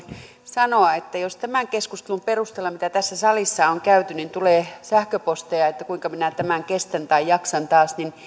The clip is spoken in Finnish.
sanoa että jos tämän keskustelun perusteella mitä tässä salissa on käyty tulee sähköposteja että kuinka minä tämän kestän tai jaksan taas niin kyllä